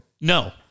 No